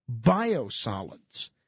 biosolids